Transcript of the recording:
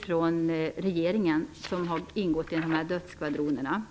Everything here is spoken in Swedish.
från regeringen som har ingått i dödsskvadronerna.